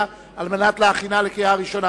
על מנת להכינה לקריאה ראשונה.